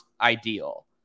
ideal